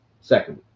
Second